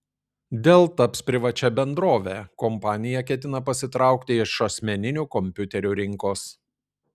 dell taps privačia bendrove kompanija ketina pasitraukti iš asmeninių kompiuterių rinkos